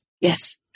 Yes